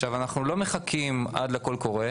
אנחנו לא מחכים עד לקול הקורא